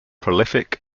prolific